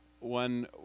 one